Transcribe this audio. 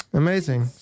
amazing